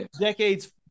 decades